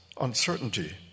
uncertainty